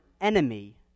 enemy